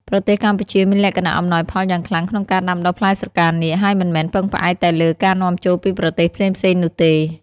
ប្រទេសកម្ពុជាមានលក្ខណៈអំណោយផលយ៉ាងខ្លាំងក្នុងការដាំដុះផ្លែស្រកានាគ ហើយមិនមែនពឹងផ្អែកតែលើការនាំចូលពីប្រទេសផ្សេងៗនោះទេ។